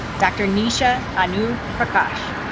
dr. nisha anu prakash